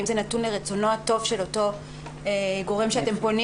האם זה נתון לרצונו הטוב של אותו גורם שאתם פונים